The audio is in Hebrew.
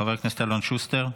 חבר הכנסת אלון שוסטר.